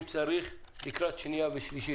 אם צריך, לקראת הקריאה השנייה והשלישית.